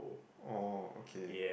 oh okay